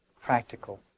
practical